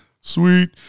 sweet